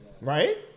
right